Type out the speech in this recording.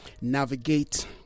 navigate